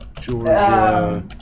Georgia